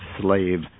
slave